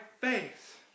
faith